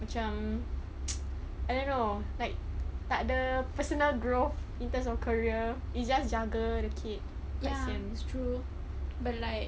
macam I don't know like takde personal growth in terms of career it's just jaga the kids through but like